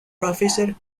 professor